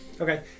Okay